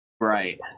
right